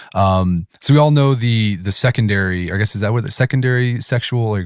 um we all know the the secondary, i guess is that where the secondary sexual,